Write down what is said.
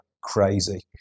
crazy